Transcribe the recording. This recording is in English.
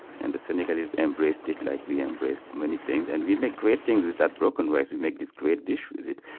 and senegalese embraced it like we embrace many things and we make great things with that broken rice we make this great dish with it.